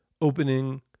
opening